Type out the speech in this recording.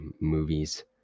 movies